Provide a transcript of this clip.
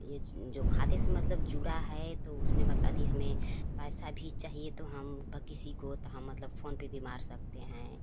ये जो खाते से मतलब जुड़ा है तो उसमें म यदि हमे पैसा भी चाहिए तो हम भ किसी को तो हम मतलब फोन पर भी मार सकते हैं